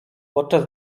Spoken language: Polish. podczas